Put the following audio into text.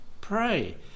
pray